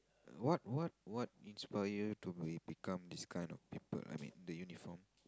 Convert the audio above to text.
what what what inspire to we become this kind of people I mean the uniform